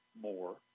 more